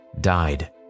died